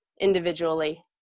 individually